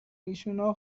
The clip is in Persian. ایشونا